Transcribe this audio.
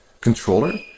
controller